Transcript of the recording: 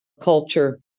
culture